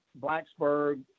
Blacksburg